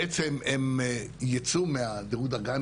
בעצם הם יצאו מהדירוג/דרגה.